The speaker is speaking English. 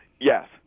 Yes